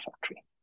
factory